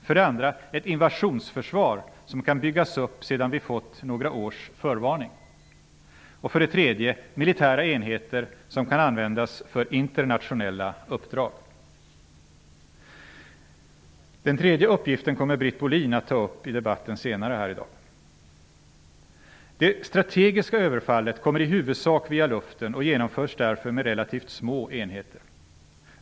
För det andra: Ett invationsförsvar som kan byggas upp sedan vi fått några års förvarning. För det tredje: Militära enheter som kan användas för internationella uppdrag. Den tredje uppgiften kommer Britt Bohlin att ta upp i debatten senare i dag. Det strategiska överfallet kommer i huvudsak via luften och genomförs därför med relativt små enheter.